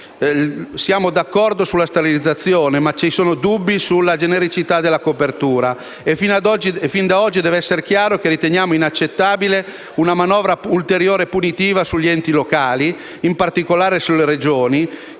siamo d'accordo sulla sterilizzazione, ma vi sono dubbi sulla genericità della copertura. Fin da oggi deve essere chiaro che riteniamo inaccettabile un'ulteriore manovra punitiva nei confronti degli enti locali (in particolare delle Regioni),